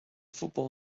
football